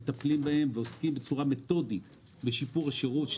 אנחנו עוסקים בצורה מתודית בשיפור השירות.